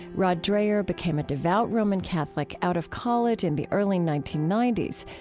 rod dreher became a devout roman catholic out of college in the early nineteen ninety s.